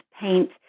paint